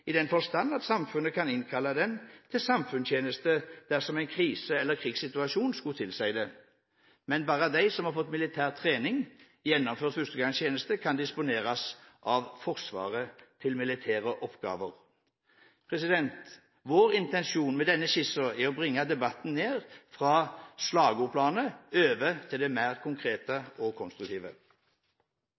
i den forstand at samfunnet kan innkalle dem til samfunnstjeneste dersom en krise- eller krigssituasjon skulle tilsi det. Men bare de som har fått militær trening gjennom førstegangstjenesten, kan disponeres av Forsvaret til militære oppgaver. Vår intensjon med denne skissen er å bringe debatten ned fra slagordplanet over til det mer konkrete og konstruktive.